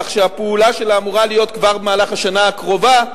כך שהפעולה שלה אמורה להיות כבר במהלך השנה הקרובה,